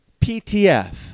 PTF